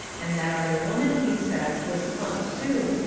and that other woman, he says, was plump too,